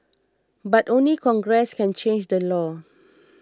but only Congress can change the law